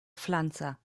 pflanzer